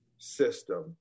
system